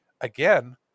again